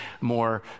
more